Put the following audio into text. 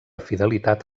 fidelitat